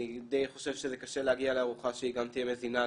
אני די חושב שזה קשה להגיע לארוחה שהיא גם תהיה מזינה,